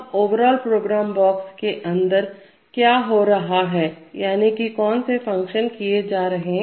अब overall program box के अंदर क्या हो रहा है यानी कि कौन से फंक्शन कार्य किए जा रहे हैं